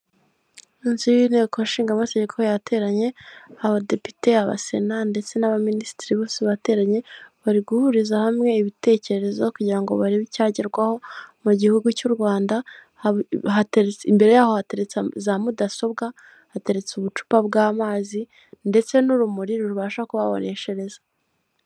Inzu y'inteko ishingama amategeko yateranye abadepite, abasena ndetse n'abaminisitiri bose bateranye bari guhuriza hamwe ibitekerezo kugira ngo barebe icyagerwaho mu gihugu cy'u Rwanda imbere yaho hateretse za mudasobwa hateretse ubucupa bw'amazi ndetse n'urumuri rubasha kuhaboshereza.